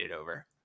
over